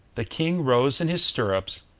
the king rose in his stirrups,